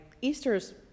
Easter's